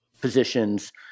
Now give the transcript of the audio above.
positions